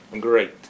Great